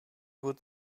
would